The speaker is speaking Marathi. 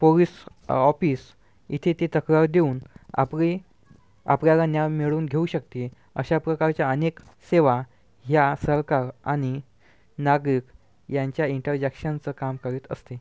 पोलीस ऑफिस इथे ती तक्रार देऊन आपले आपल्याला न्याय मिळवून घेऊ शकते अशा प्रकारच्या अनेक सेवा ह्या सरकार आणि नागरिक यांच्या इंटरजेक्शनचं काम करीत असते